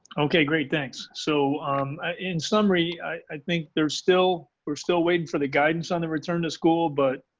okay, great. thanks. so in summary, i think there's still, we're still waiting for the guidance on the return to school, but